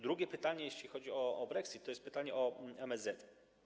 Drugie pytanie, jeśli chodzi o brexit, to jest pytanie o MSZ.